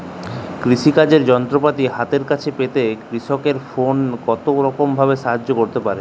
কৃষিকাজের যন্ত্রপাতি হাতের কাছে পেতে কৃষকের ফোন কত রকম ভাবে সাহায্য করতে পারে?